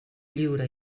lliure